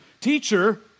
Teacher